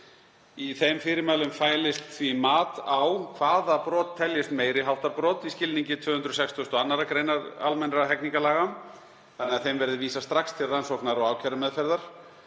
Í þeim fyrirmælum fælist því mat á hvaða brot teljist meiri háttar brot í skilningi 262. gr. almennra hegningarlaga, þannig að þeim verði vísað strax til rannsóknar og ákærumeðferðar.